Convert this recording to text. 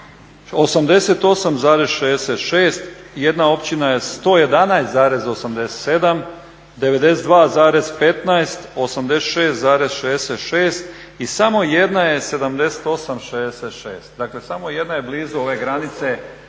88,66 jedna općina je 111,87, 92,15, 86,66 i samo jedna je 78,66, dakle samo jedna je blizu ove granice.